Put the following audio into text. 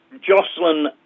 Jocelyn